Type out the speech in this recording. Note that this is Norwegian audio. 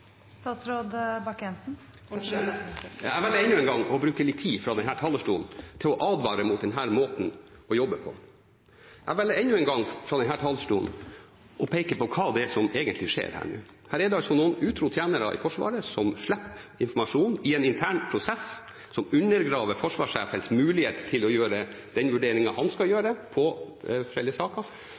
Jeg velger enda en gang å bruke litt tid på denne talerstolen til å advare mot denne måten å jobbe på. Jeg velger enda en gang fra denne talerstolen å peke på hva som egentlig skjer her nå. Her er det altså noen utro tjenere i Forsvaret som slipper informasjon i en intern prosess, som undergraver forsvarssjefens mulighet til å gjøre den vurderingen han skal gjøre,